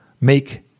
make